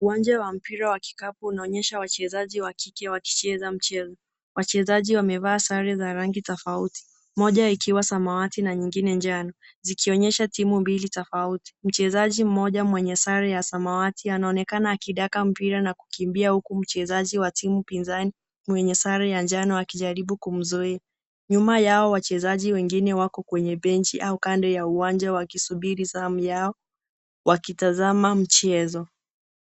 Uwanja wa mpira ya kikapu unaonyesha wachezaji wa kike wakicheza mchezo. Wachezaji wamevaa sare za rangi tofauti, moja ikiwa samawati na nyingine njano zikionyesha timu mbili tofauti. Mchezaji mmoja mwenye sare ya samawati anaonekana akidaka mpira na kukimbia huku mchezaji wa timu pinzani mwenye sare ya njano akijaribu kumzuia. Nyuma yao wachezaji wengine wako kwenye benchi au kando ya uwanja wakisubiri zamu yao wakitazama mchezo.